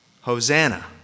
Hosanna